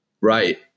right